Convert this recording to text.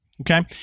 Okay